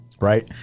Right